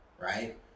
right